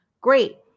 Great